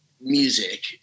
music